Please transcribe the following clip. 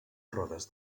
rodes